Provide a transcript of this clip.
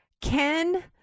Ken